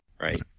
right